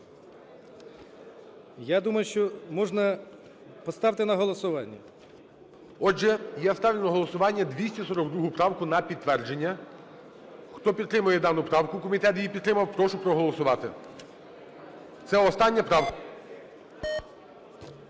Я думаю, що можна… Поставте на голосування. ГОЛОВУЮЧИЙ. Отже, я ставлю на голосування 242 правку на підтвердження. Хто підтримує дану правку, комітет її підтримав, прошу проголосувати. Це остання правка.